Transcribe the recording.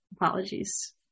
apologies